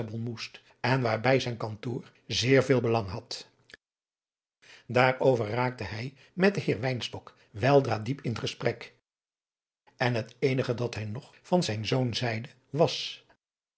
moest en waarbij zijn kantoor zeer veel belang had daarover raakte hij met den heer wynstok weldra diep in gesprek en het eenige dat hij nog van zijn zoon zeide was